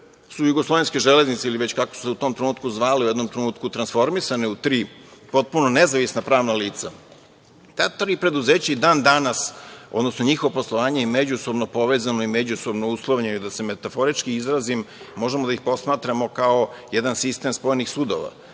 su jugoslovenske železnice, ili već kako su se u tom trenutku zvale, u jednom trenutku transformisane u tri potpuno nezavisna pravna lice, ta tri preduzeća i dan danas, odnosno njihovo poslovanje je međusobno povezano i međusobno uslovljeno i da se metaforički izrazim, možemo da ih posmatramo kao jedan sistem spojenih sudova.